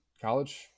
college